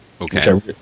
okay